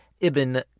Ibn